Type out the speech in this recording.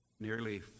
Nearly